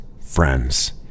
friends